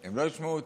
הם לא ישמעו אותי.